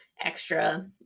extra